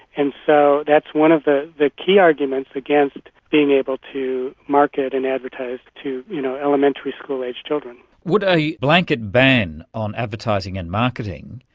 and so that's one of the the key arguments against being able to market and advertise to you know elementary school age children. would a yeah blanket ban on advertising and marketing,